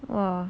!wah!